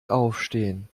aufstehen